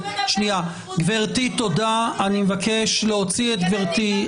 --- גברתי, תודה, אני מבקש להוציא אותה.